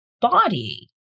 body